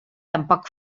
tampoc